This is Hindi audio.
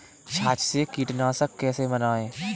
छाछ से कीटनाशक कैसे बनाएँ?